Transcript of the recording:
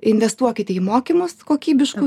investuokite į mokymus kokybiškus